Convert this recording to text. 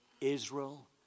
Israel